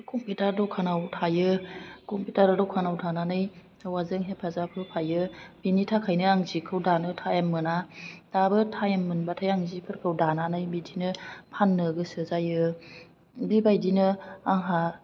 computer द'खानाव थायो computer द'खानाव थानानै हौवाजों हेफाजाब होफायो बिनि थाखायनो आं जिखौ दानो टाइम मोना दाबो टाइम मोनबाथाय आं जिफोरखौ दानानै बिदिनो फान्नो गोसो जायो बेबायदिनो आंहा